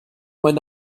mein